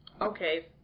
Okay